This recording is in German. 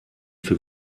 für